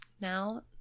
now